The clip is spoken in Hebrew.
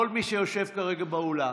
כל מי שיושב כרגע באולם,